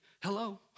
hello